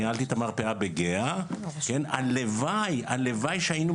לא נותנים שום מענה, ואם הם רוצים